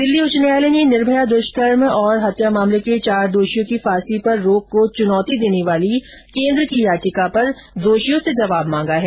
दिल्ली उच्च न्यायालय ने निर्भया दुष्कर्म और हत्या मामले के चार दोषियों की फांसी पर रोक को चुनौती देने वाली केन्द्र की याचिका पर दोषियों से जवाब मांगा है